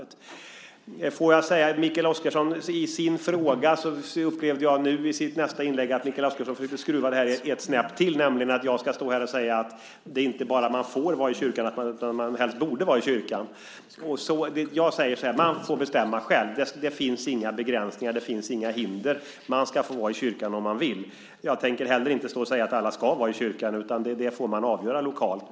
Jag upplevde att Mikael Oscarsson i sitt andra inlägg försökte skruva detta ett snäpp till, nämligen att jag ska stå här och säga att man inte bara får vara i kyrkan utan att man helst borde vara i kyrkan. Jag säger: Man får bestämma själv. Det finns inga begränsningar, och det finns inga hinder. Man ska få vara i kyrkan om man vill. Jag tänker inte heller stå och säga att alla ska vara i kyrkan, utan det får man avgöra lokalt.